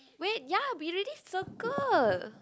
wait ya we already circle